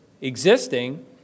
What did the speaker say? existing